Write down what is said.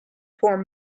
form